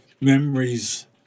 memories